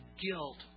guilt